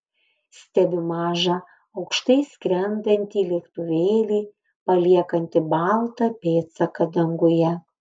stebiu mažą aukštai skrendantį lėktuvėlį paliekantį baltą pėdsaką danguje